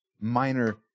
minor